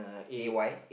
A Y